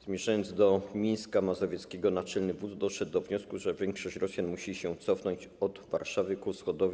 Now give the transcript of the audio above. Zmierzając do Mińska Mazowieckiego, Naczelny Wódz doszedł do wniosku, że większość Rosjan musi się cofnąć od Warszawy ku wschodowi.